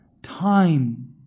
Time